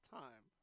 time